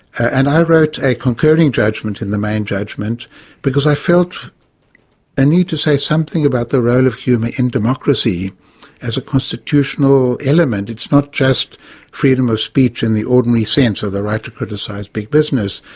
and i wrote a concluding judgment in the main judgment because i felt i needed to say something about the role of humour in democracy as a constitutional element, it's not just freedom speech in the ordinary sense, or the right to criticise big business,